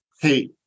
hey